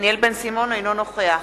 אינו נוכח